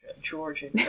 georgian